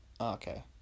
Okay